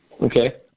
Okay